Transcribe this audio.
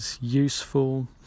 useful